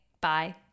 Bye